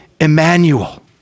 Emmanuel